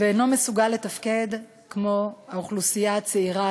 שאינו מסוגל לתפקד כמו האוכלוסייה הצעירה,